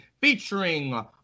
featuring